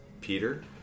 Peter